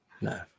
no